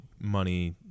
money